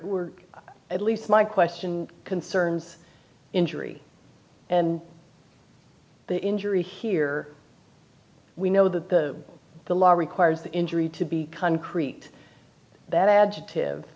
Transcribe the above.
were at least my question concerns injury and the injury here we know that the the law requires the injury to be concrete that adjective